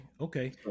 okay